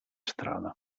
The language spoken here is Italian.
strada